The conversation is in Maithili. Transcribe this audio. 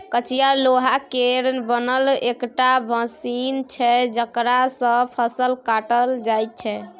कचिया लोहा केर बनल एकटा मशीन छै जकरा सँ फसल काटल जाइ छै